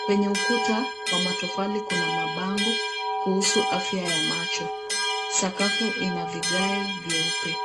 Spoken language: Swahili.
kwenye ukuta wa matofali. Kuna mabango kuhusu afya ya macho. Sakafu ina vigae vyeupe.